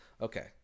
Okay